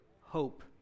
hope